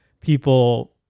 people